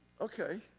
Okay